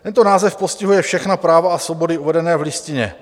Tento název postihuje všechna práva a svobody uvedené v Listině.